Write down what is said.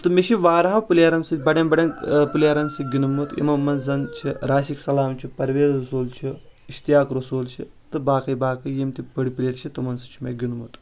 تہٕ مےٚ چھُ واریاہو پلیرن سۭتۍ بڑٮ۪ن بڑٮ۪ن پلیرن سۭتۍ گِنٛدمُت یِمو منٛز زن چھِ راسِک سلام چھُ پرویز رسول چھ اِشتیاق رسول چھِ تہٕ باقٕے باقٕے یِم تہِ بٔڑۍ پلییر چھِ تِمن سۭتۍ چھُ مےٚ گِنٛدمُت